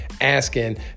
asking